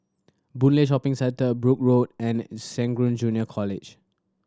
Boon Lay Shopping Centre Brooke Road and Serangoon Junior College